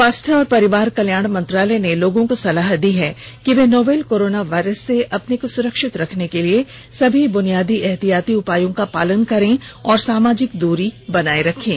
स्वास्थ्य और परिवार कल्याण मंत्रालय ने लोगों को सलाह दी है कि वे नोवल कोरोना वायरस से अपने को सुरक्षित रखने के लिए सभी बुनियादी एहतियाती उपायों का पालन करें और सामाजिक दूरी बनाए रखें